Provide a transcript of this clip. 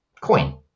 coin